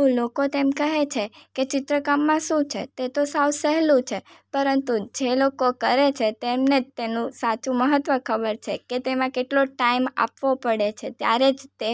અ લોકો તો એમ કહે છે કે ચિત્રકામમાં શું છે તે તો સાવ સહેલું છે પરંતુ જે લોકો કરે છે તેમને જ તેનું સાચું મહત્ત્વ ખબર છે કે તેમાં કેટલો ટાઈમ આપવો પડે છે ત્યારે જ તે